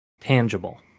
tangible